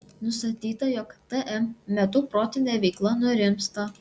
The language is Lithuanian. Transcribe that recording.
nustatyta jog tm metu protinė veikla nurimsta